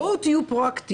בואו תהיו פרואקטיביים,